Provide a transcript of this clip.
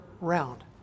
round